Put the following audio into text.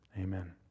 Amen